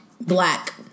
black